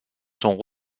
sont